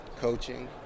coaching